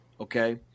okay